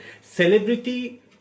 Celebrity